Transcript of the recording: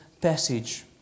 passage